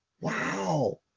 Wow